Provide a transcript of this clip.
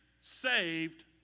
saved